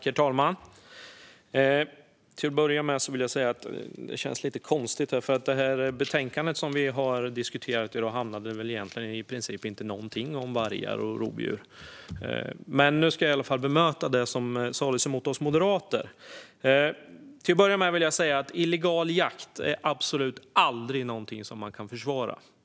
Herr talman! Till att börja med vill jag säga att detta känns lite konstigt. Betänkandet som vi har diskuterat i dag handlar i princip inte alls om vargar och rovdjur. Men jag ska i alla fall bemöta det som sas om oss moderater. Illegal jakt är absolut aldrig någonting som kan försvaras.